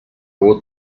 will